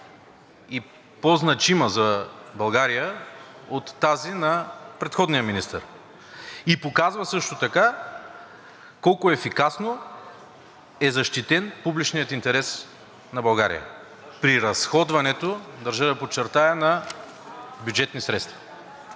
и по-значима за България, от тази на предходния министър и показва също така колко ефикасно е защитен публичният интерес на България при разходването, държа да подчертая, на бюджетни средства.